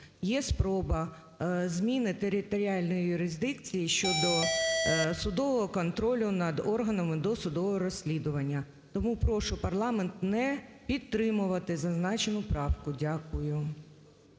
є спроба зміни територіальної юрисдикції щодо судового контролю над органами досудового розслідування. Тому прошу парламент не підтримувати зазначену правку. Дякую.